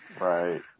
Right